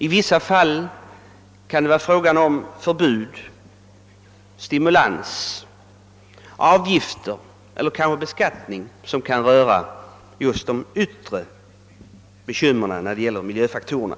I vissa fall kan det vara fråga om förbud, stimulans, avgifter, kanske beskattning som rör just de yttre bekymren när det gäller miljöfaktorerna.